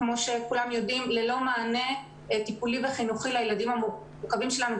ללא מענה טיפולי וחינוכי לילדים המורכבים שלנו.